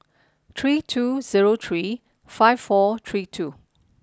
three two zero three five four three two